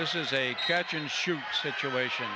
this is a catch and shoot situation